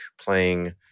playing